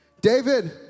David